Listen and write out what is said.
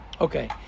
Okay